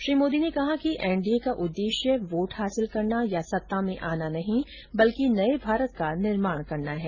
श्री मोदी ने कहा कि एनडीए का उद्देश्य वोट हासिल करना या सत्ता में आना नहीं बल्कि नये भारत का निर्माण करना है